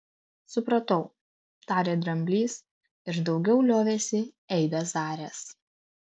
supratau tarė dramblys ir daugiau liovėsi eibes daręs